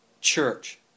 church